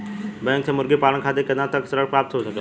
Bank से मुर्गी पालन खातिर कितना तक ऋण प्राप्त हो सकेला?